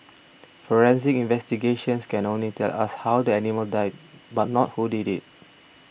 forensic investigations can only tell us how the animal died but not who did it